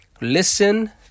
listen